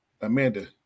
Amanda